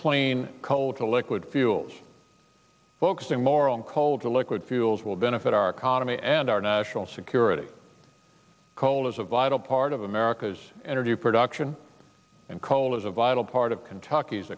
clean coal to liquid fuels focusing more on coal to liquid fuels will benefit our economy and our national security coal is a vital part of america's energy production and coal is a vital part of kentucky's